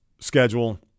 schedule